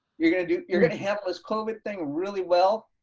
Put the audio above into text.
you're gonna do, you're gonna handle this covid thing really well.